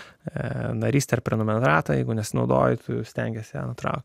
e narystę ar prenumeratą jeigu nes naudoji tu stengiesi antra